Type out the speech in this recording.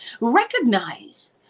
recognize